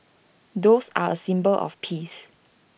doves are A symbol of peace